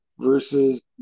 versus